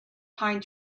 pine